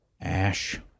ash